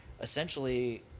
essentially